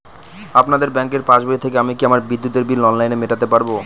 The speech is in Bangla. আপনাদের ব্যঙ্কের পাসবই থেকে আমি কি আমার বিদ্যুতের বিল অনলাইনে মেটাতে পারবো?